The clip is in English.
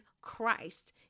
Christ